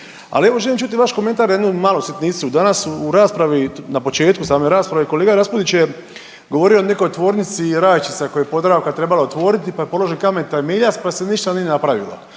Ali evo želim čuti vaš komentar na jednu malu sitnicu, danas u raspravi, na početku same rasprave kolega Raspudić je govorio o nekoj tvornici rajčica koje je „Podravka“ trebala otvoriti, pa je položen kamen temeljac, pa se ništa nije napravilo.